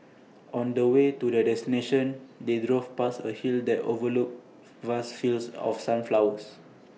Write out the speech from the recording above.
on the way to their destination they drove past A hill that overlooked vast fields of sunflowers